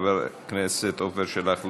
חבר הכנסת עפר שלח,